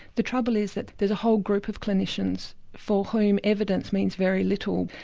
the trouble is that there's a whole group of clinicians for whom evidence means very little.